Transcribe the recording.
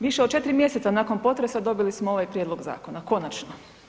Više od 4 mjeseca nakon potresa dobili smo ovaj prijedlog zakona, konačno.